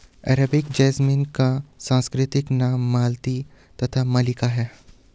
Arabian jasmine का संस्कृत नाम मालती तथा मल्लिका है